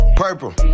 purple